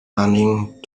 running